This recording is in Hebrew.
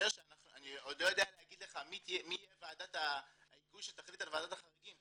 ואני עוד לא יודע להגיד לך מי תהיה ועדת ההיגוי שתחליט על ועדת החריגים,